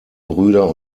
brüder